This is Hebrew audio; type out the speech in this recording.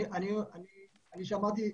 שמעתי.